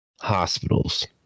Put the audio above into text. hospitals